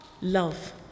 love